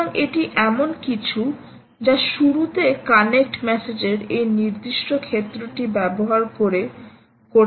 সুতরাং এটি এমন কিছু যা শুরুতে কানেক্ট মেসেজের এই নির্দিষ্ট ক্ষেত্রটি ব্যবহার করে করতে পারো